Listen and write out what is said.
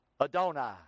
adonai